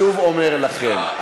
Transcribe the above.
אני שוב אומר לכם,